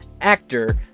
actor